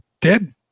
dead